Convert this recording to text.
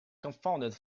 confounded